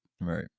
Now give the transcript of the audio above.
Right